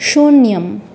शून्यम्